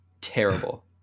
terrible